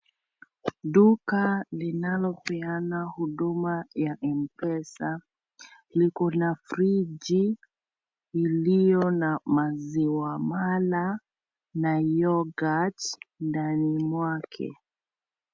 Duka linalopeana huduma ya Mpesa liko na friji iliyo na maziwa mala na yorghut ndani mwake.